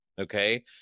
okay